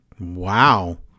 Wow